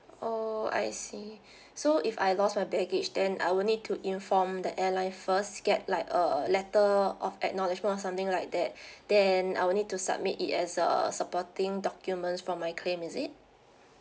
oh I see so if I lost my baggage then I will need to inform the airline first get like a letter of acknowledgement or something like that then I'll need to submit it as a supporting documents for my claim is it